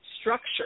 structure